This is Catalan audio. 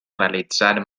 realitzar